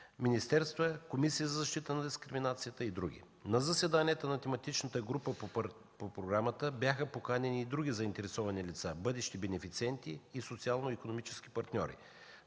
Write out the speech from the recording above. министерства, Комисията за защита от дискриминация и други. На заседанията на тематичната група по програмата бяха поканени и други заинтересовани лица – бъдещи бенефициенти и социално-икономически партньори.